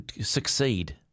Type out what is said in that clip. succeed